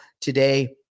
today